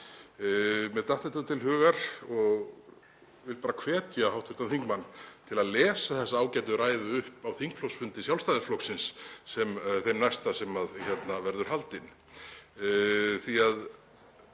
Mér datt þetta í hug og vil bara hvetja hv. þingmann til að lesa þessa ágætu ræðu upp á þingflokksfundi Sjálfstæðisflokksins, þeim næsta sem verður haldinn,